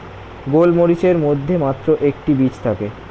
গোলমরিচের মধ্যে মাত্র একটি বীজ থাকে